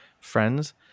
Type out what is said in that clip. friends